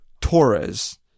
Torres